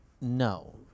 no